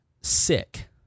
sick